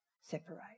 separate